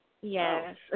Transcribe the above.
Yes